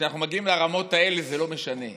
כשאנחנו מגיעים לרמות האלה זה לא משנה.